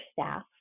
staff